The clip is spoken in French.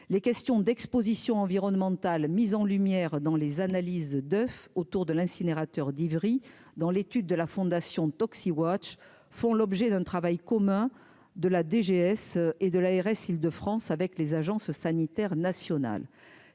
les questions d'Exposition environnementales mises en lumière dans les analyses d'oeuf autour de l'incinérateur d'Ivry dans l'étude de la Fondation iWatch Watch, font l'objet d'un travail commun de la DGS et de l'ARS Île-de-France avec les agences sanitaires nationales